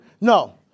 No